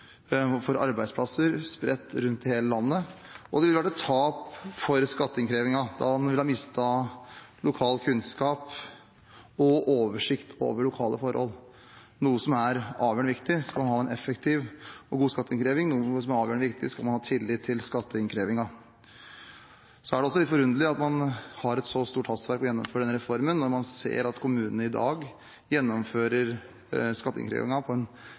for arbeidsplasser spredt rundt i hele landet. Det vil også være et tap for skatteinnkrevingen, fordi man vil miste lokal kunnskap og oversikt over lokale forhold, noe som er avgjørende viktig hvis man skal ha en effektiv og god skatteinnkreving, og som er avgjørende viktig hvis man skal ha tillit til skatteinnkrevingen. Det er også litt forunderlig at man har et så stort hastverk med å gjennomføre denne reformen, når man ser at kommunene i dag gjennomfører